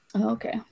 Okay